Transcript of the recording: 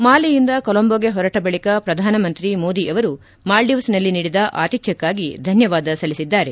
ಮಾಲೆಯಿಂದ ಕೊಲಂಬೋಗೆ ಹೊರಟ ಬಳಕ ಪ್ರಧಾನಮಂತ್ರಿ ಮೋದಿ ಅವರು ಮಾಲ್ವೀವ್ನಲ್ಲಿ ನೀಡಿದ ಆತಿಥ್ಚಕ್ಕಾಗಿ ಧನ್ಯವಾದ ಸಲ್ಲಿಸಿದ್ದಾರೆ